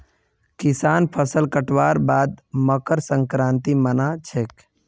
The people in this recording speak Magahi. किसान फसल कटवार बाद मकर संक्रांति मना छेक